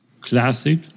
classic